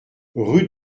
rue